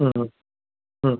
হুম হুম